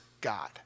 God